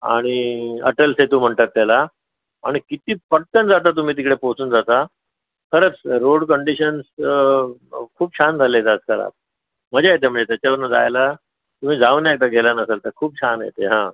आणि अटल सेतू म्हणतात त्याला आणि किती पटकन जाता तुम्ही तिकडे पोचून जाता खरंच रोड कंडिशन्स खूप छान झाले आहेत आजकालात मजा येते म्हणजे त्याच्या वरनं जायला तुम्ही जाऊन एकदा गेला नसेल तर खूप छान आहे ते